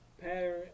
pattern